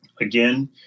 again